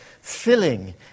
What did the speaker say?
filling